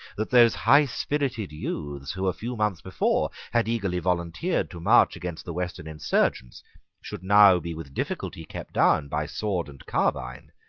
that those highspirited youths who a few months before had eagerly volunteered to march against the western insurgents should now be with difficulty kept down by sword and carbine,